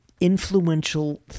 influential